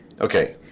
Okay